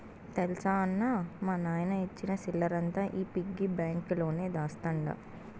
తెల్సా అన్నా, మా నాయన ఇచ్చిన సిల్లరంతా ఈ పిగ్గి బాంక్ లోనే దాస్తండ